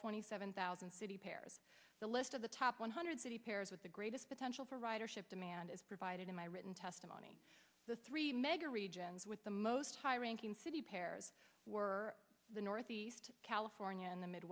twenty seven thousand city paris the list of the top one hundred city pairs with the greatest potential for ridership demand is provided in my written the money the three mega regions with the most high ranking city pairs were the northeast california and the